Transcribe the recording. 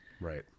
right